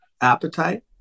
appetite